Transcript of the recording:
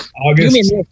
August